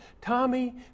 Tommy